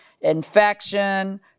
infection